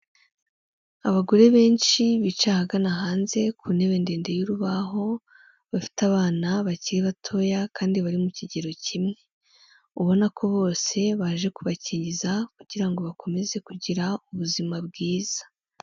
Abagore benshi bicaye ahagana hanze ku ntebe ndende y'urubaho bafite abana bakiri batoya kandi bari mu kigero kimwe, ubona ko bose baje kubakiriza kugira bakomeze kugira ubuzima bwiza.